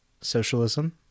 socialism